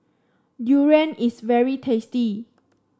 durian is very tasty